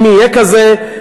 אם יהיה כזה,